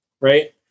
right